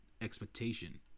expectation